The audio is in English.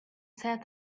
said